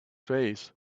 face